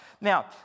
Now